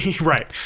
right